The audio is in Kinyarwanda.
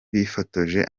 bifotoje